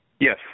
Yes